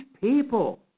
people